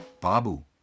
Babu